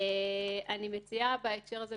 אני מציעה בהקשר הזה,